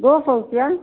दो सौ रुपया